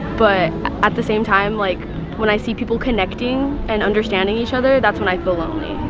but at the same time, like when i see people connecting and understanding each other, that's when i feel lonely.